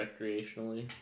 recreationally